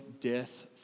death